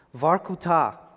Varkuta